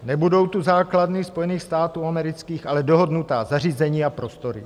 Nebudou tu základny Spojených států amerických, ale dohodnutá zařízení a prostory.